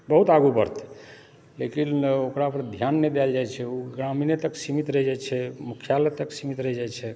बहुत आगू बढतै लेकिन ओकरा पर ध्यान नहि दैल जाइ छै ओ ग्रामीणे तक सीमित रहि जाइ छै मुख्यालय तक सीमित रहि जाइ छै